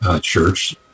church